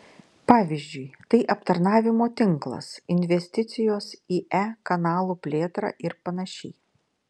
pavyzdžiui tai aptarnavimo tinklas investicijos į e kanalų plėtrą ir panašiai